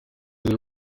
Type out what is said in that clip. the